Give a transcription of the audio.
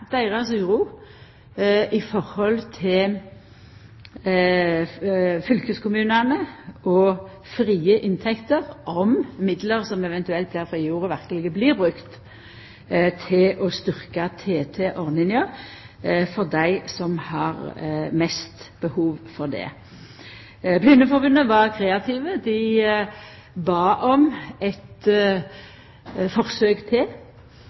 deira uro i forhold til fylkeskommunane og frie inntekter med omsyn til om midlar som eventuelt blir frigjorde, verkeleg blir brukte til å styrkja TT-ordninga for dei som har mest behov for det. Blindeforbundet var kreative. Dei bad om eit forsøk til,